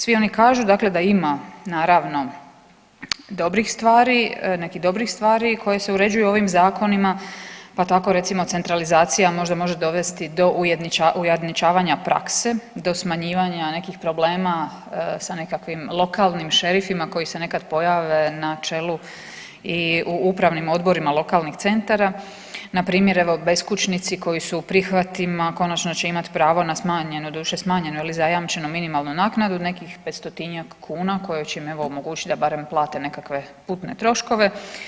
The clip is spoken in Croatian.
Svi oni kažu dakle da ima naravno dobrih stvari, nekih dobrih stvari koje se uređuju ovim zakonima pa tako recimo centralizacija možda može dovesti do ujednačavanja prakse, do smanjivanja nekih problema sa nekakvim lokalnim šerifima koji se nekad pojave na čelu i u upravnih odborima lokalnih centara npr. evo beskućnici koji su u prihvatima konačno će imati pravo na smanjeno, doduše smanjeno ili zajamčeno minimalnu naknadu, nekih 500-tinjak kuna koje će im evo omogućiti da barem plate nekakve putne troškove.